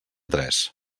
tres